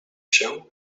się